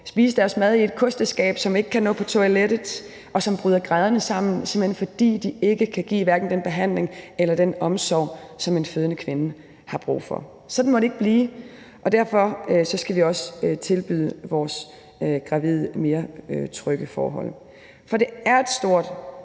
spise deres mad i et kosteskab, som ikke kan nå på toilettet, og som bryder grædende sammen, simpelt hen fordi de hverken kan give den behandling eller den omsorg, som en fødende kvinde har brug for. Sådan må det ikke blive, og derfor skal vi også tilbyde vores gravide mere trygge forhold. For det er et stort